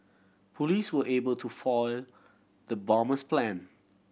police were able to foil the bomber's plan